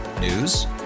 News